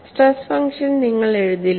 stress function നിങ്ങൾ എഴുതില്ല